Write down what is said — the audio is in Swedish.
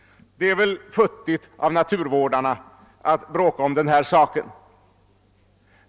Det är väl futtigt av naturvårdarna att bråka om den här saken?